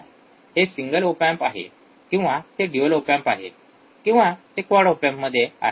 हे single op amp आहे किंवा ते डयूल ओप एम्प आहे किंवा ते क्वाड ओप एम्पमध्ये आहे